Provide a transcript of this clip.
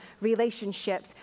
relationships